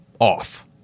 off